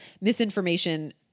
misinformation